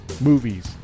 movies